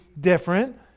different